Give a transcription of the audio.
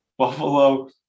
Buffalo